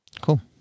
Cool